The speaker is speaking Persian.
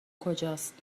کجاست